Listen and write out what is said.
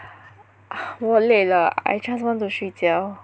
我累了 I just want to 睡觉